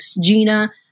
Gina